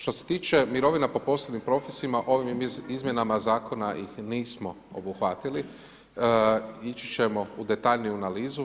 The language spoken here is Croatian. Što se tiče mirovina po posebnim propisima, ovim izmjenama zakona ih nismo obuhvatili, ići ćemo u detaljniju analizu.